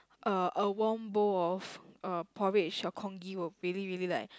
uh a warm bowl of uh porridge or congee will really really like